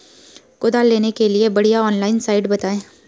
कुदाल लेने के लिए बढ़िया ऑनलाइन साइट बतायें?